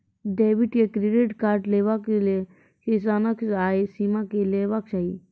Debit या credit card लेवाक लेल किसानक आय सीमा की हेवाक चाही?